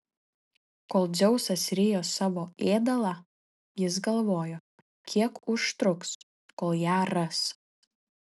kol dzeusas rijo savo ėdalą jis galvojo kiek užtruks kol ją ras